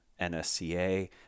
nsca